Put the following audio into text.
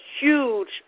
huge